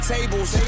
Tables